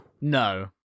No